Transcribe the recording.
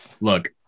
Look